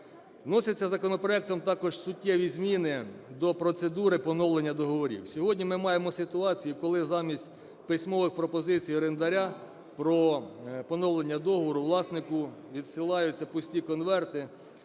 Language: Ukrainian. Вносяться законопроектом також суттєві зміни до процедури поновлення договорів. Сьогодні ми маємо ситуацію, коли замість письмових пропозицій орендаря про поновлення договору власнику відсилаються пусті конверти